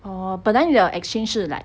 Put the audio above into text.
oh but then your exchange 是 like